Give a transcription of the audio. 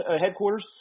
headquarters